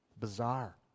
bizarre